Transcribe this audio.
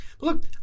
look